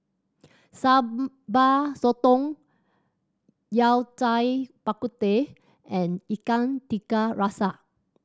Sambal Sotong Yao Cai Bak Kut Teh and Ikan Tiga Rasa